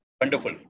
Wonderful